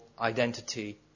identity